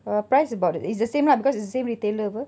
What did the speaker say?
uh price about it it's the same lah because it's the same retailer [pe]